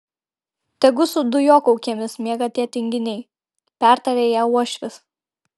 tegu su dujokaukėmis miega tie tinginiai pertarė ją uošvis